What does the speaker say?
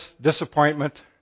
disappointment